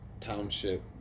township